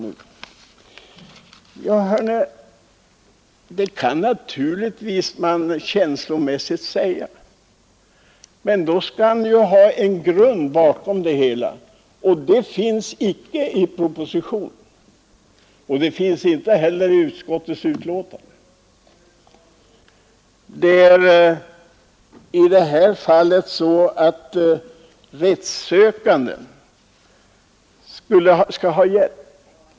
Ja, det kan han naturligtvis känslomässigt säga, men då skall han ju ha en grund för det hela, och det finns inte i propositionen och inte heller i utskottets betänkande. Det är ju rättssökanden som skall ha hjälp.